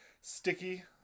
sticky